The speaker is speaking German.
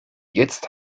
jetzt